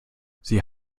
sie